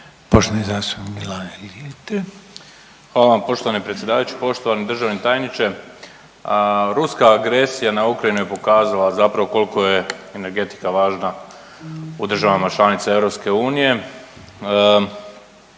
(Hrvatski suverenisti)** Hvala vam poštovani predsjedavajući. Poštovani državni tajniče, ruska agresija na Ukrajinu je pokazala zapravo kolko je energetika važna u državama članicama EU.